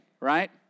right